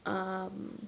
um